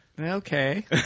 Okay